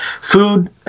Food